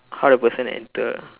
how the person enter